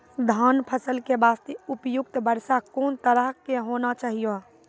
धान फसल के बास्ते उपयुक्त वर्षा कोन तरह के होना चाहियो?